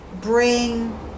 bring